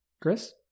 Chris